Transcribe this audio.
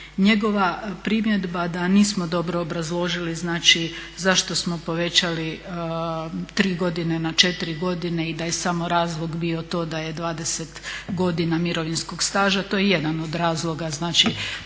Njegova primjedba da nismo dobro obrazložili zašto smo povećali 3 godine na 4 godine i da je samo razlog bio to da je 20 godina mirovinskog staža, to je jedan od razloga. Znači,